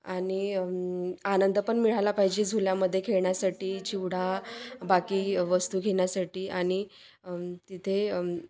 आणि आनंद पण मिळाला पाहिजे झुल्यामध्ये खेळण्यासाठी चिवडा बाकी वस्तू घेण्यासाठी आणि तिथे